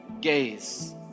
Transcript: gaze